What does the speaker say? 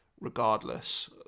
regardless